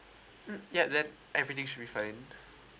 mm ya then everything should be fine